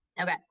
Okay